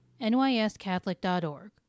nyscatholic.org